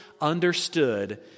understood